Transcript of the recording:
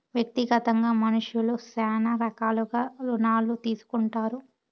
వ్యక్తిగతంగా మనుష్యులు శ్యానా రకాలుగా రుణాలు తీసుకుంటారు